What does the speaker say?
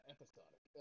Episodic